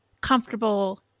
Comfortable